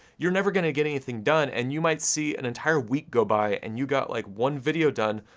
you're never gonna get anything done, and you might see an entire week go by, and you got like, one video done,